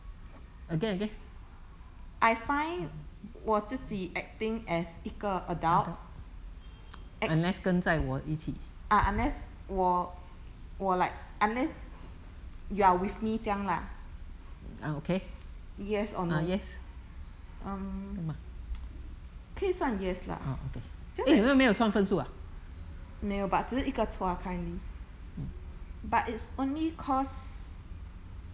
I find 我自己 acting as 一个 adult ~less ah unless 我我 like unless you are with me 这样啦 yes or no um 可以算 yes 啦没有 but 只是一个错啊 currently but it's only cause